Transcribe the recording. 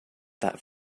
that